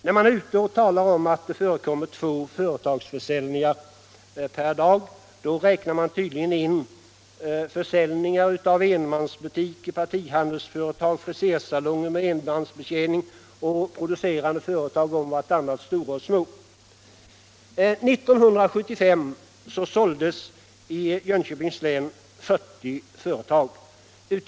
När man är ute och talar om att det förekommer två företagsförsäljningar per dag, då räknar man tydligen in försäljningar av enmansbutiker, partihandelsföretag, frisersalonger med enmansbetjäning och producerande företag — stora och små, allt om vartannat. 1975 såldes i Jönköpings län 40 företag.